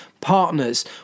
partners